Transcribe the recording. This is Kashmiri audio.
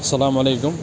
اَسلامُ علیکُم